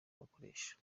bakoresha